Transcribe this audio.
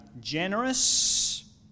generous